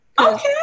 Okay